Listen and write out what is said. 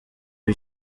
b’i